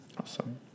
Awesome